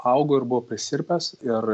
augo ir buvo prisirpęs ir